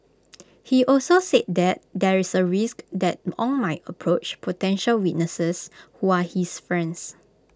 he also said that there is A risk that Ong might approach potential witnesses who are his friends